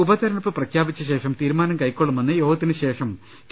ഉപതെരഞ്ഞെടുപ്പ് പ്രഖ്യാപിച്ചശേഷം തീരുമാനം കൈക്കൊള്ളുമെന്ന് യോഗത്തിനുശേഷം കെ